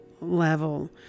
level